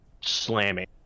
slamming